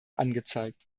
angezeigt